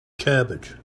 cabbage